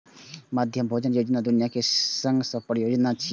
मध्याह्न भोजन योजना दुनिया के सबसं पैघ योजना छियै